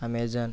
amazon